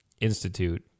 institute